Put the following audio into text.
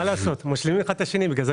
מה לעשות, משלימים האחד את השני, אנחנו